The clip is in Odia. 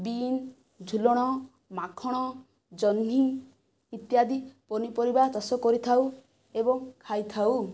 ବିନ ଝୁଲଣ ମାଖଣ ଜହ୍ନି ଇତ୍ୟାଦି ପନିପରିବା ଚାଷ କରିଥାଉ ଏବଂ ଖାଇଥାଉ